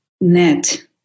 net